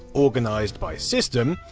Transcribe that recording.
organised by system.